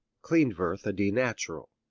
klindworth a d natural.